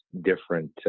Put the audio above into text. different